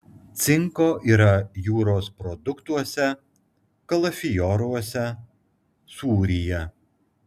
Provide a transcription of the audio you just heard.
cinko yra jūros produktuose kalafioruose sūryje